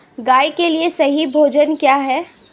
गाय के लिए सही भोजन क्या है?